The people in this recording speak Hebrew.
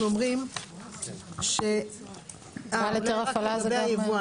אני רק מציע, אם אפשר להציע משהו?